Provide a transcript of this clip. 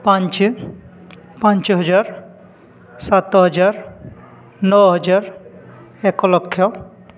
ପାଞ୍ଚ ପାଞ୍ଚ ହଜାର ସାତ ହଜାର ନଅ ହଜାର ଏକ ଲକ୍ଷ